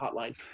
hotline